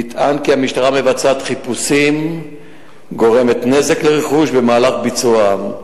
נטען כי המשטרה מבצעת חיפושים וגורמת נזק לרכוש במהלך ביצועם.